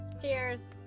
Cheers